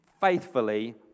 faithfully